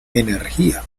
energía